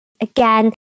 again